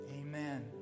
Amen